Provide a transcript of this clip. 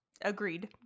Agreed